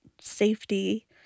safety